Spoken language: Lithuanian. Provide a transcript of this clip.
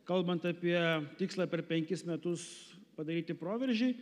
kalbant apie tikslą per penkis metus padaryti proveržį